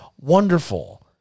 wonderful